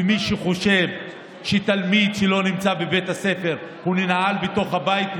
ומי שחושב שתלמיד שלא נמצא בבית הספר ננעל בתוך הבית,